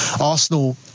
Arsenal